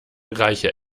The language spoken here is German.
reiche